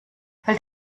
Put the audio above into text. fällt